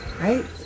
Right